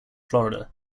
florida